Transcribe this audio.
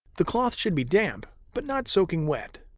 the cloth should be damp but not soaking wet.